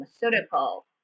pharmaceutical